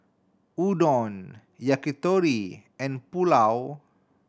Udon Yakitori and Pulao